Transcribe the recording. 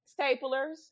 staplers